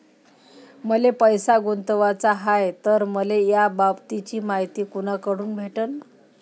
मले पैसा गुंतवाचा हाय तर मले याबाबतीची मायती कुनाकडून भेटन?